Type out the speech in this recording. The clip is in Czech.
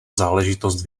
záležitost